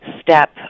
step